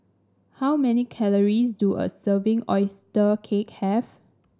how many calories do a serving oyster cake have